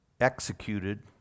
executed